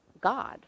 God